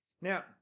Now